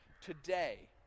Today